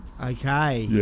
Okay